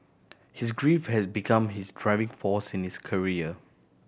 his grief has become his driving force in his career